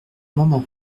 moment